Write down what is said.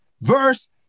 verse